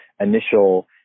initial